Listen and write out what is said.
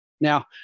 Now